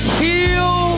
heal